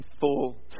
full